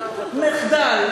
מחדל,